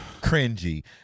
cringy